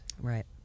Right